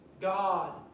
God